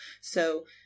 So-